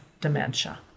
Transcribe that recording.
dementia